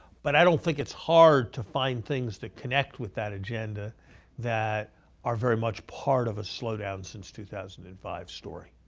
but i don't think it's hard to find things that connect with that agenda that are very much part of a slowdown since two thousand and five story.